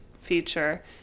Feature